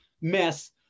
mess